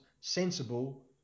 sensible